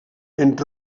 entre